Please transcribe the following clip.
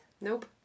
Nope